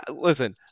listen